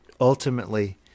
ultimately